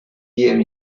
year